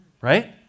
Right